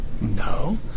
No